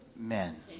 Amen